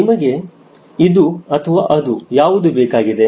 ನಿಮಗೆ ಇದು ಅಥವಾ ಅದು ಯಾವುದು ಬೇಕಾಗಿದೆ